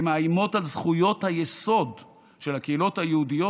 הן מאיימות על זכויות היסוד של הקהילות היהודיות